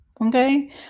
Okay